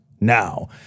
now